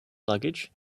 luggage